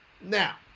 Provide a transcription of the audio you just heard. Now